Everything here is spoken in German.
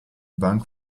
bank